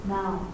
Now